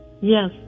Yes